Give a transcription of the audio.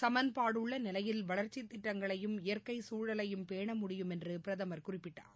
சமன்பாடுள்ளநிலையில் வளர்ச்சித் திட்டங்களையும் இயற்கைசூழலையும் பேண முடியும் என்றும் பிரதமர் குறிப்பிட்டார்